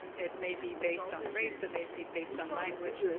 it may be based on race. it may be based on language.